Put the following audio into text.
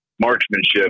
marksmanship